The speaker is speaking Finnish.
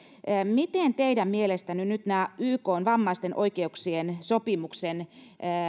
miten teidän mielestänne nyt ykn vammaisten oikeuksien sopimuksen